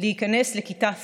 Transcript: להיכנס לכיתה פיזית,